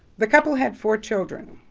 the couple had four children,